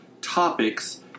topics